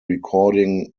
recording